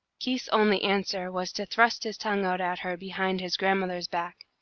keith's only answer was to thrust his tongue out at her behind his grandmother's back.